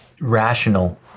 rational